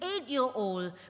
eight-year-old